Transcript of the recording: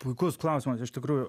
puikus klausimas iš tikrųjų